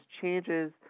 changes